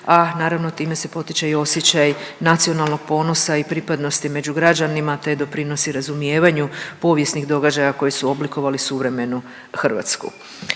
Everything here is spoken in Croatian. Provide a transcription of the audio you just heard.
a naravno time se potiče i osjećaj nacionalnog ponosa i pripadnosti među građanima te doprinosi razumijevanju povijesnih događaja koji su oblikovali suvremenu Hrvatsku.